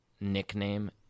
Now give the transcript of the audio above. nickname